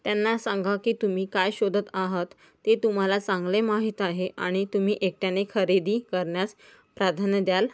त्यांना सांगा की तुम्ही काय शोधत आहात ते तुम्हाला चांगले माहीत आहे आणि तुम्ही एकट्याने खरेदी करण्यास प्राधान्य द्याल